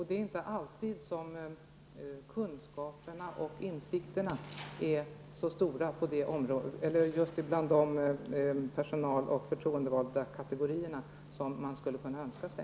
Det är inte alltid som kunskaperna och insikterna är så stora bland personal och förtroendevalda som man skulle kunna önska sig.